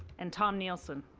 and tom kneel son.